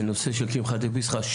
לנושא של קמחא דפסחא,